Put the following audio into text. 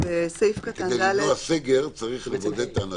כדי למנוע סגר צריך לבודד את האנשים,